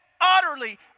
utterly